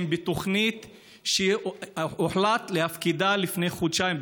הם בתוכנית שהוחלט להפקידה לפני חודשיים.